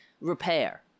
repair